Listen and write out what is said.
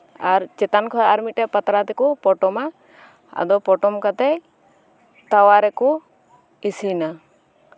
ᱟᱨ ᱪᱮᱛᱟᱱ ᱠᱷᱚᱱ ᱟᱨ ᱢᱤᱫᱴᱮᱡ ᱯᱟᱛᱲᱟ ᱛᱮᱠᱚ ᱯᱚᱴᱚᱢᱟ ᱟᱫᱚ ᱯᱚᱴᱚᱢ ᱠᱟᱛᱮᱜ ᱛᱟᱣᱟ ᱨᱮᱠᱚ ᱤᱥᱤᱱᱟ